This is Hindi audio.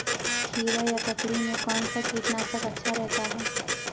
खीरा या ककड़ी में कौन सा कीटनाशक अच्छा रहता है?